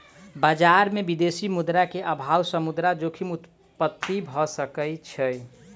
बजार में विदेशी मुद्रा के अभाव सॅ मुद्रा जोखिम उत्पत्ति भ सकै छै